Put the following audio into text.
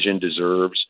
deserves